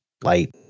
light